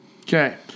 Okay